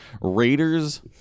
Raiders